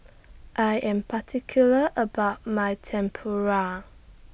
I Am particular about My Tempura